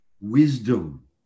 wisdom